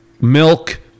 milk